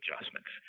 adjustments